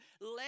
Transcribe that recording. Let